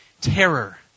terror